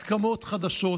הסכמות חדשות,